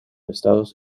estados